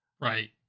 Right